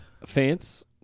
Fans